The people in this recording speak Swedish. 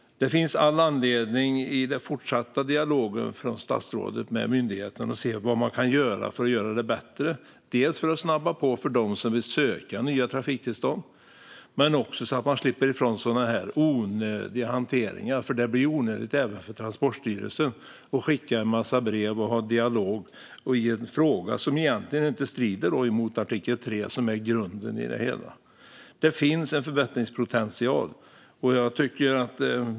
Det finns all anledning i den fortsatta dialogen mellan statsrådet och myndigheten att se vad man kan göra för att göra det bättre för att snabba på för dem som vill söka nya trafiktillstånd men också så att man slipper ifrån sådana här onödiga hanteringar. Det blir onödigt även för Transportstyrelsen att skicka en massa brev och ha dialog i en fråga som egentligen inte strider mot artikel 3, som är grunden i det hela. Det finns en förbättringspotential.